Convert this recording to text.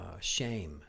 shame